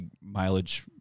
mileage